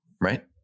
Right